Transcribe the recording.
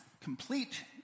complete